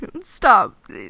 stop